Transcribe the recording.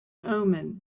omen